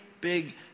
big